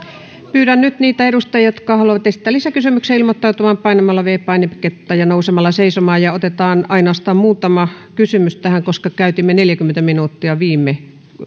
pyydän nyt niitä edustajia jotka haluavat esittää lisäkysymyksiä ilmoittautumaan painamalla viides painiketta ja nousemalla seisomaan otetaan ainoastaan muutama kysymys tähän koska käytimme neljäkymmentä minuuttia viime